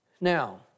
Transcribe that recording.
Now